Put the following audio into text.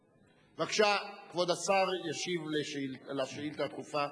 בבקשה, כבוד השר ישיב על השאילתא הדחופה.